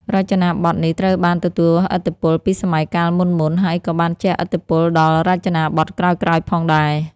រចនាបថនេះត្រូវបានទទួលឥទ្ធិពលពីសម័យកាលមុនៗ ហើយក៏បានជះឥទ្ធិពលដល់រចនាបថក្រោយៗផងដែរ។